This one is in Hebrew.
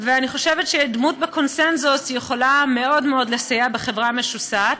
ואני חושבת שיש דמות בקונסנזוס שיכולה מאוד מאוד לסייע בחברה משוסעת.